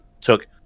took –